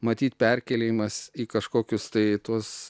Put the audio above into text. matyt perkėlimas į kažkokius tai tuos